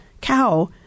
cow